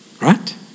Right